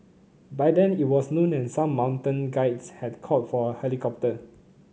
by then it was noon and some mountain guides had called for a helicopter